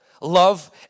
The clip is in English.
love